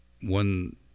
One